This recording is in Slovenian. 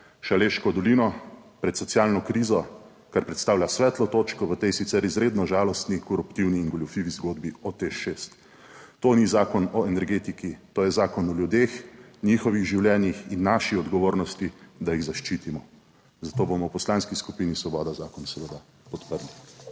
Šaleško dolino pred socialno krizo, kar predstavlja svetlo točko v tej sicer izredno žalostni, koruptivni in goljufivi zgodbi o TEŠ 6. To ni zakon o energetiki, to je zakon o ljudeh, njihovih življenjih in naši odgovornosti, da jih zaščitimo. Zato bomo v Poslanski skupini Svoboda zakon seveda podprli.